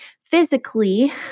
physically